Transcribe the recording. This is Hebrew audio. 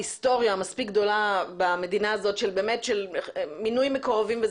היסטוריה מספיק גדולה במדינה הזאת של מינוי מקורבים.